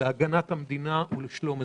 להגנת המדינה ולשלום אזרחיה.